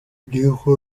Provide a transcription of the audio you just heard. urubyiruko